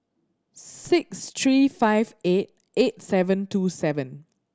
six three five eight eight seven two seven